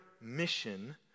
mission